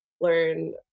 learn